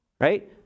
right